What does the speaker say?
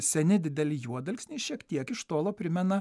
seni dideli juodalksniai šiek tiek iš tolo primena